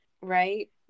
right